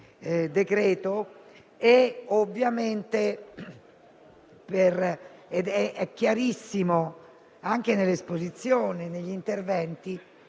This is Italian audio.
chiarissimo, anche nell'esposizione degli interventi,